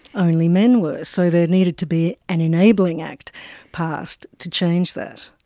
only men were. so there needed to be an enabling act passed to change that.